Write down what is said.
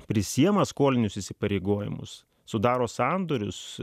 prisiima skolinius įsipareigojimus sudaro sandorius